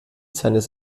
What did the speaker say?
seines